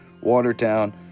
watertown